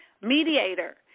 mediator